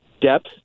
depth